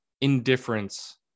indifference